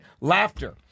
Laughter